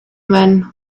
man